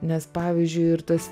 nes pavyzdžiui ir tas